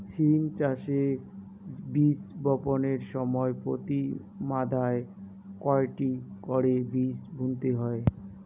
সিম চাষে বীজ বপনের সময় প্রতি মাদায় কয়টি করে বীজ বুনতে হয়?